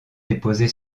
déposé